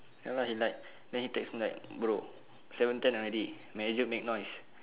ya lah he like then he take phone like bro seven ten already manager make noise